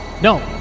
No